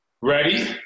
ready